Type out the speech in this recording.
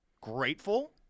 grateful